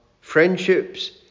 friendships